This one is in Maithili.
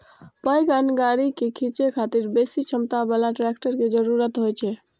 पैघ अन्न गाड़ी कें खींचै खातिर बेसी क्षमता बला ट्रैक्टर के जरूरत होइ छै